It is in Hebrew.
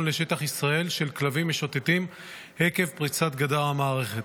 לשטח ישראל של כלבים משוטטים עקב פריצת גדר המערכת.